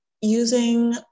using